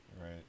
right